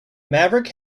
maverick